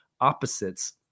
opposites